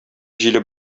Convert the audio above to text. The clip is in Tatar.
җиле